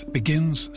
begins